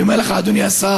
אני אומר לך, אדוני השר,